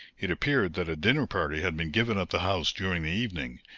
it appeared that a dinner party had been given at the house during the evening,